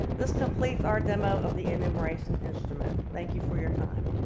this completes our demo of the enumeration instrument. thank you for your time.